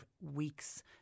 weeks